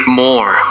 more